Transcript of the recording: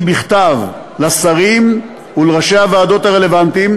בכתב לשרים ולראשי הוועדות הרלוונטיים,